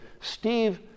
Steve